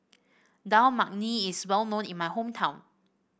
Dal Makhani is well known in my hometown